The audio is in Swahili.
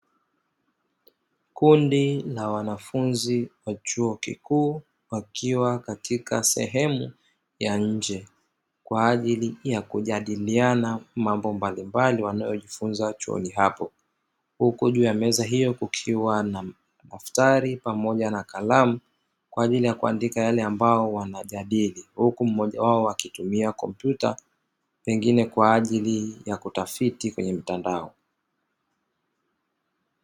Kundi la wanafunzi wa chuo kikuu wakiwa katika sehemu ya nje kwa ajili ya kujadiliana mambo mbalimbali wanayojifunza chuoni hapo, huku juu ya meza hiyo kukiwa na daftari pamoja na kalamu kwa ajili ya kuandika yale ambayo wanajadili huku mmoja wao akitumia kompyuta pengine kwa ajili ya kutafiti kwenye mtandao.